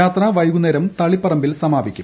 യാത്ര വൈകുന്നേരം തളിപറമ്പിൽ സമാപ്പിക്കും